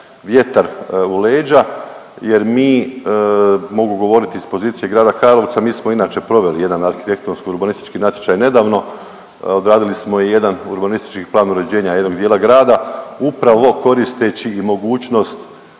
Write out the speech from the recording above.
vjetar u leđa jer mi mogu govoriti iz pozicije grada Karlovca. Mi smo inače proveli jedan arhitektonsko-urbanistički natječaj nedavno, odradili smo i jedan urbanistički plan uređenja jednog dijela grada, upravo koristeći i mogućnost